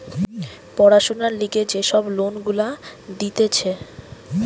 পড়াশোনার লিগে যে সব লোন গুলা দিতেছে